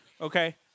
okay